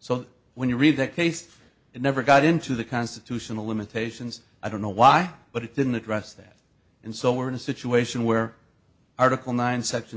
so when you read that case it never got into the constitutional limitations i don't know why but it didn't address that and so we're in a situation where article nine section